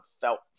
felt